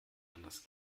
anders